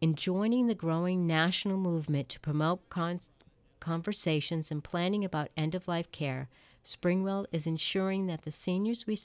in joining the growing national movement to promote const conversations in planning about end of life care spring will is ensuring that the seniors we